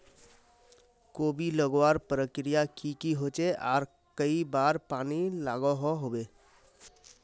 कोबी लगवार प्रक्रिया की की होचे आर कई बार पानी लागोहो होबे?